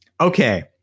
Okay